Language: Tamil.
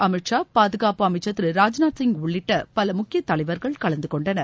அமித் ஷா பாதுகாப்பு அமைச்சர் திருராஜ் நாத் சிங் உள்ளிட்ட பல முக்கிய தலைவர்கள் கலந்து கொண்டனர்